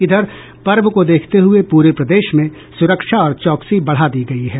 इधर पर्व को देखते हुए पूरे प्रदेश में सुरक्षा और चौकसी बढ़ा दी गयी है